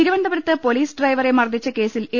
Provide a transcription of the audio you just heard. തിരുവനന്തപുരത്ത് പൊലീസ് ഡ്രൈവറെ മർദ്ദിച്ചകേസിൽ എ